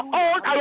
old